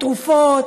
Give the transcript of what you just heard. תרופות,